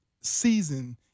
season